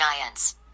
giants